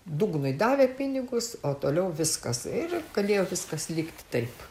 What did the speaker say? dugnui davė pinigus o toliau viskas ir galėjo viskas likti taip